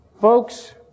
folks